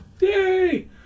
Yay